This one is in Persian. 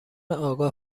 آگاه